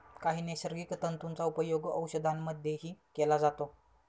काही नैसर्गिक तंतूंचा उपयोग औषधांमध्येही केला जातो